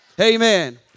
Amen